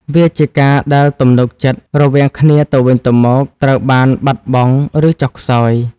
វាជាការដែលទំនុកចិត្តរវាងគ្នាទៅវិញទៅមកត្រូវបានបាត់បង់ ឬចុះខ្សោយ។